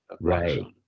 Right